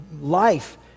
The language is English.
life